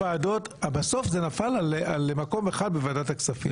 בסוף זה נפל על מקום אחד בוועדת הכספים.